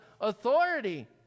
authority